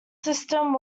system